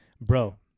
Bro